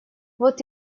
вот